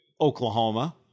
Oklahoma